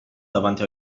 davanti